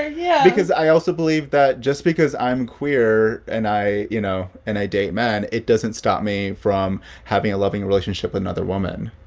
yeah because i also believe that just because i'm queer and i, you know, and i date men, it doesn't stop me from having a loving relationship with another woman,